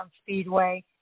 Speedway